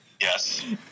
Yes